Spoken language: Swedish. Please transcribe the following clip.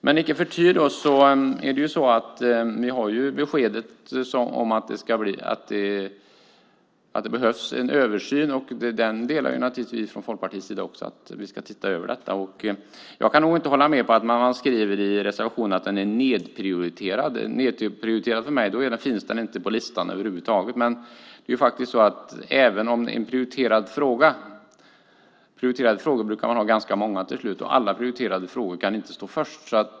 Men icke förty har vi beskedet om att det behövs en översyn. Vi från Folkpartiet håller med om att vi ska se över detta. Jag kan inte hålla med om det som skrivs i reservationen att detta är nedprioriterat. Om något är nedprioriterat anser jag att det inte finns på listan över huvud. Men man brukar ha ganska många prioriterade frågor till slut, och alla prioriterade frågor kan inte stå först.